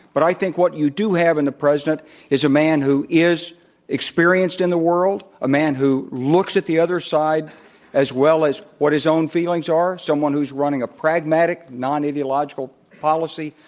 but i think what you do have in the president is a man who is experienced in the world, a man who looks at the other side as well as what his own feelings are, someone who's running a pragmatic non-ideological policy,